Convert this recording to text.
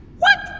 what